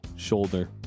Shoulder